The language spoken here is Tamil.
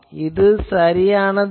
இது சரியானதல்ல